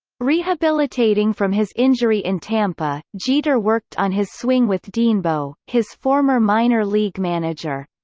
rehabilitating from his injury in tampa, jeter worked on his swing with denbo, his former minor league manager.